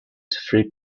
three